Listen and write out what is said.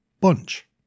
Bunch